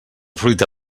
fruita